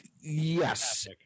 Yes